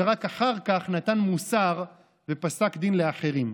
ורק אחר כך נתן מוסר ופסק דין לאחרים.